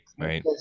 right